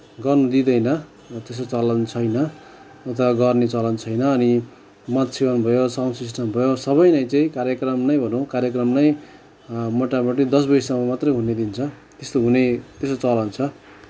गर्नु दिँदैन र त्यस्तो चलन छैन अथवा गर्ने चलन छैन अनि मदसेवन भयो साउन्ड सिस्टम भयो सबै नै चाहिँ कार्यक्रम नै भनौँ कार्यक्रम नै मोटामोटी दस बजीसम्म मात्रै हुन दिन्छ त्यस्तो हुने त्यस्तो चलन छ